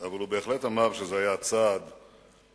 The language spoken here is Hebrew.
אבל הוא בהחלט אמר שזה היה צעד חשוב,